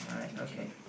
okay